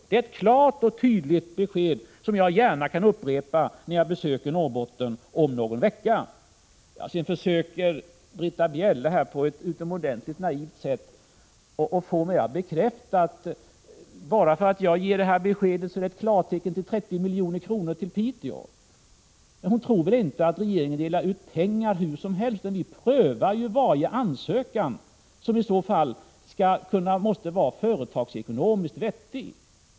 Det är ett klart och tydligt besked, som jag gärna kan upprepa när jag besöker Norrbotten om någon vecka. Britta Bjelle försöker på ett utomordentligt naivt sätt få mig att bekräfta att bara för att jag ger detta besked innebär det klartecken till 30 milj.kr. till Piteå. Hon tror väl inte att regeringen delar ut pengar hur som helst? Vi prövar varje ansökan, som måste vara företagsekonomiskt vettig.